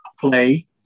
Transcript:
play